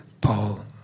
Paul